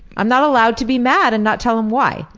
i'm not allowed to be mad and not tell him why,